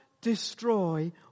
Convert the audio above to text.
destroy